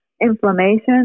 inflammation